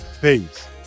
Peace